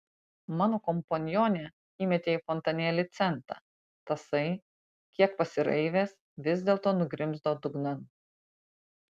mano kompanionė įmetė į fontanėlį centą tasai kiek pasiraivęs vis dėlto nugrimzdo dugnan